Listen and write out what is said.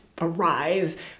arise